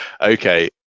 Okay